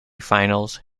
finals